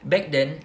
back then